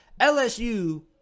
LSU